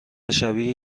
شبیه